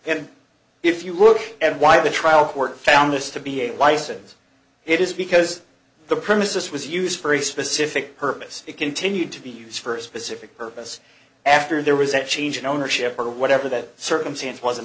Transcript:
and if you look at why the trial court found this to be a license it is because the premises was used for a specific purpose it continued to be used for a specific purpose after there was a change in ownership or whatever that circumstance was